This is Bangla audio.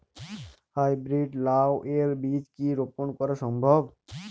হাই ব্রীড লাও এর বীজ কি রোপন করা সম্ভব?